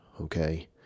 Okay